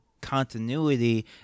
continuity